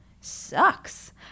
sucks